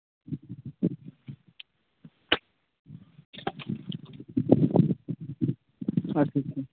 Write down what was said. ᱟᱪᱪᱷᱟ ᱪᱷᱟ